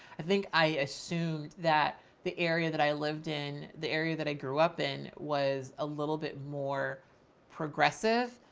i think i assumed that the area that i lived in, the area that i grew up in was a little bit more progressive,